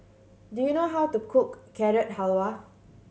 do you know how to cook Carrot Halwa